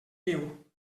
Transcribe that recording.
diu